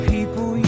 People